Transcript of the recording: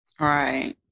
right